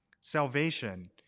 Salvation